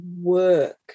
work